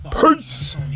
peace